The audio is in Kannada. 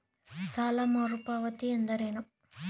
ಸಾಲ ಮರುಪಾವತಿ ಎಂದರೇನು?